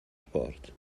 sport